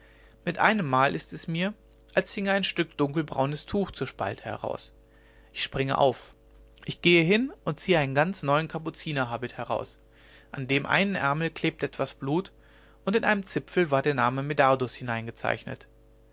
mit einemmal ist es mir als hinge ein stück dunkelbraunes tuch zur spalte heraus ich springe auf ich gehe hin und ziehe einen ganz neuen kapuzinerhabit heraus an dem einen ärmel klebte etwas blut und in einem zipfel war der name medardus hineingezeichnet